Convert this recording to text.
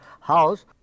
house